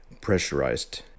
pressurized